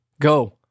Go